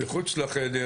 כל הדבר